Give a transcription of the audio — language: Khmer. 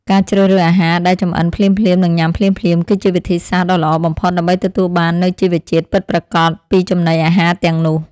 ការជ្រើសរើសអាហារដែលចម្អិនភ្លាមៗនិងញ៉ាំភ្លាមៗគឺជាវិធីសាស្ត្រដ៏ល្អបំផុតដើម្បីទទួលបាននូវជីវជាតិពិតប្រាកដពីចំណីអាហារទាំងនោះ។